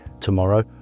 tomorrow